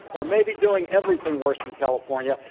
or maybe doing everything worse than california.